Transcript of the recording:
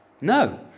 No